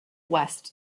west